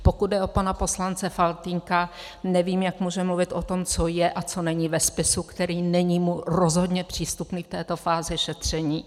Pokud jde o pana poslance Faltýnka, nevím, jak může mluvit o tom, co je a co není ve spisu, který mu není rozhodně přístupný v této fázi šetření.